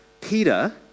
Peter